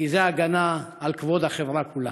כי זו ההגנה על כבוד החברה כולה.